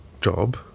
job